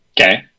Okay